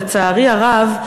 לצערי הרב,